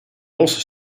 also